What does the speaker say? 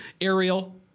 Ariel